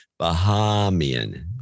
Bahamian